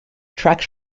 tracks